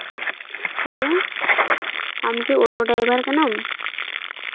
hello ᱟᱢᱠᱤ auto driver ᱠᱟᱱᱟᱢ